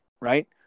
right